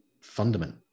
fundament